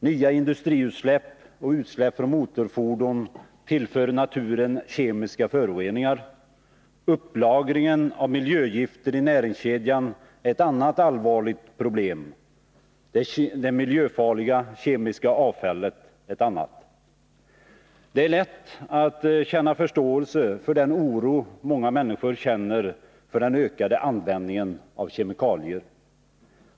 Nya industriutsläpp och utsläpp från motorfordon tillför naturen kemiska föroreningar. Upplagringen av miljögifter i näringskedjan är ett allvarligt problem, det miljöfarliga kemiska avfallet ett annat. Det är lätt att ha förståelse för den oro många människor känner för den ökande användningen av kemikalier.